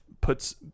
puts